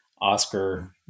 Oscar